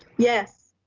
yes.